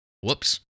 Whoops